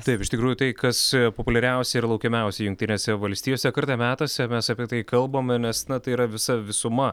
taip iš tikrųjų tai kas populiariausia ir laukiamiausia jungtinėse valstijose kartą metuose mes apie tai kalbame nes na tai yra visa visuma